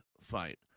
fight